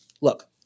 look